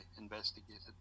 investigated